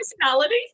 personality